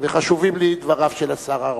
וחשובים לי דבריו של השר אהרונוביץ.